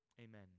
Amen